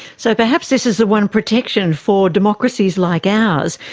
so perhaps this is the one protection for democracies like ours,